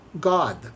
God